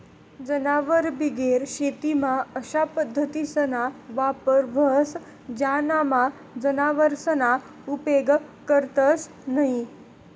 जनावरबिगेर शेतीमा अशा पद्धतीसना वापर व्हस ज्यानामा जनावरसना उपेग करतंस न्हयी